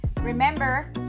Remember